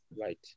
Right